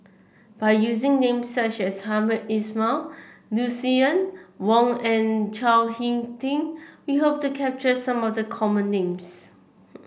by using names such as Hamed Ismail Lucien Wang and Chao HicK Tin we hope to capture some of the common names